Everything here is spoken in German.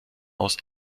aus